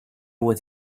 with